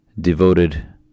devoted